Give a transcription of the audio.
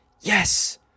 Yes